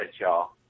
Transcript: y'all